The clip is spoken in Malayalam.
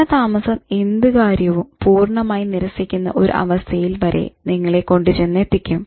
കാലതാമസം എന്ത് കാര്യവും പൂർണമായി നിരസിക്കുന്ന ഒരു അവസ്ഥയിൽ വരെ നിങ്ങളെ കൊണ്ട് ചെന്നെത്തിക്കും